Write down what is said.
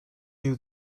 you